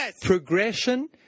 progression